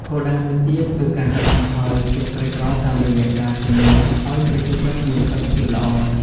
គោលដៅមួយទៀតគឺកាត់បន្ថយភាពក្រីក្រតាមរយៈការធានាឱ្យប្រជាជនមានសុខភាពល្អ។